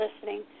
listening